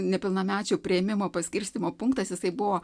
nepilnamečių priėmimo paskirstymo punktas jisai buvo